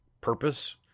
purpose